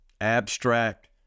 abstract